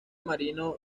marino